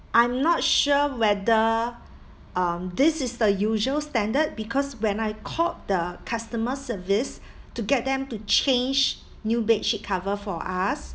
I'm not sure whether um this is the usual standard because when I called the customer service to get them to change new bedsheet cover for us